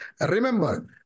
Remember